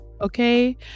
okay